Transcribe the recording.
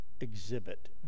exhibit